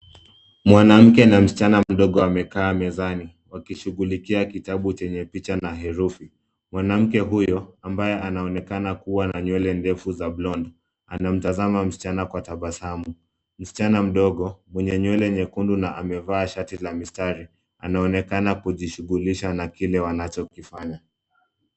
Mwanamke na msichana mdogo amekaa mezani wakishughulikia kitabu chenye picha na herufi. Mwanamke huyo ambaye anaonekana kuwa na nywele ndefu za (cs)brown(cs).Anamtazama msichana kwa tabasamu. Msichana mdogo mwenye nywele nyekundu na amevaa shati la mistari ,anaonekana kujishughulisha na kile wanachokifanya.